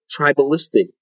tribalistic